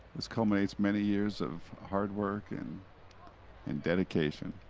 this culminates many years of hard work and and dedication.